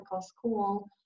school